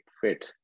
fit